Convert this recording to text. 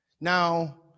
Now